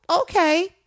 okay